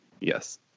Yes